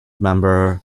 member